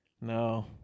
No